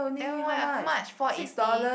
then where how much four eighty